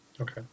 Okay